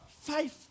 Five